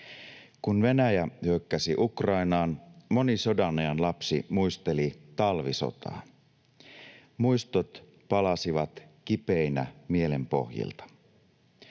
Kun Venäjä hyökkäsi Ukrainaan, moni sodanajan lapsi muisteli talvisotaa. Muistot palasivat kipeinä mielen pohjilta.